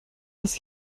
dass